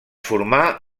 formà